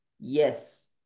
Yes